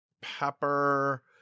pepper